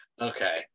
Okay